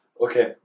okay